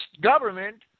government